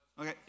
Okay